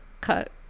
cut